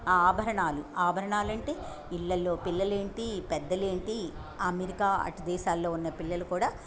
ఆభరణాలు ఆభరణాలంటే ఇళ్ళల్లో పిల్లలేంటి పెద్దలేంటి అమెరికా అటు దేశాల్లో ఉన్న పిల్లలు కూడా